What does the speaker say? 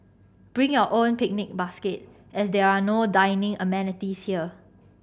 bring your own picnic basket as there are no dining amenities here